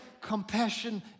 compassion